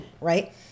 right